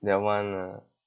that one ah